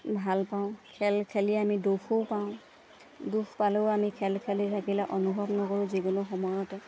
ভাল পাওঁ খেল খেলি আমি দুখো পাওঁ দুখ পালেও আমি খেল খেলি থাকিলে অনুভৱ নকৰোঁ যিকোনো সময়তে